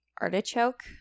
Artichoke